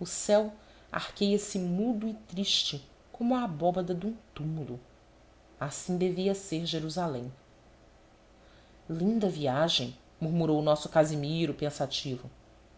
o céu arqueia se mudo e triste como a abóbada de um túmulo assim devia ser jerusalém linda viagem murmurou o nosso casimiro pensativo